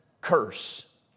curse